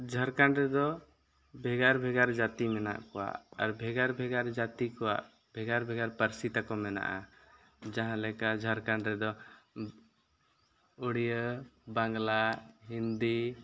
ᱡᱷᱟᱲᱠᱷᱟᱸᱰ ᱨᱮᱫᱚ ᱵᱷᱮᱜᱟᱨᱼᱵᱷᱮᱜᱟᱨ ᱡᱟᱹᱛᱤ ᱢᱮᱱᱟᱜ ᱠᱚᱣᱟ ᱟᱨ ᱵᱷᱮᱜᱟᱨᱼᱵᱷᱮᱜᱟᱨ ᱡᱟᱹᱛᱤ ᱠᱚᱣᱟ ᱵᱷᱮᱜᱟᱨᱼᱵᱷᱮᱜᱟᱨ ᱯᱟᱹᱨᱥᱤ ᱛᱟᱠᱚ ᱢᱮᱱᱟᱜᱼᱟ ᱡᱟᱦᱟᱸ ᱞᱮᱠᱟ ᱡᱷᱟᱲᱠᱷᱟᱸᱰ ᱨᱮᱫᱚ ᱩᱲᱤᱭᱟᱹ ᱵᱟᱝᱞᱟ ᱦᱤᱱᱫᱤ